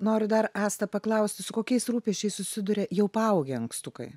noriu dar asta paklausti su kokiais rūpesčiais susiduria jau paaugę ankstukai